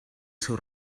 seu